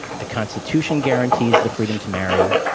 the constitution guarantees the freedom to marry,